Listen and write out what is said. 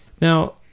Now